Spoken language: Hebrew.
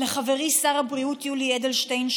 לחברי שר הבריאות יולי אדלשטיין,